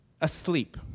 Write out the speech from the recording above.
asleep